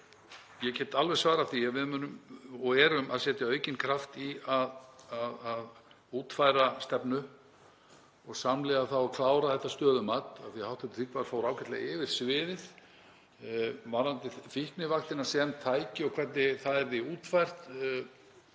Ég get alveg svarað því að við erum að setja aukinn kraft í að útfæra stefnu og samhliða að klára þetta stöðumat, af því að hv. þingmaður fór ágætlega yfir sviðið. Varðandi fíknivaktina sem tæki og hvernig það yrði útfært